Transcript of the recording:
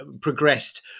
progressed